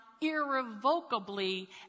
irrevocably